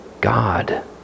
God